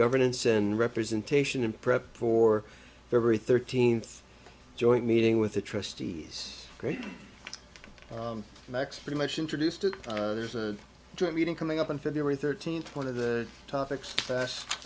governance in representation in prep for every thirteenth joint meeting with the trustees great next pretty much introduced it there's a joint meeting coming up on february thirteenth one of the topics past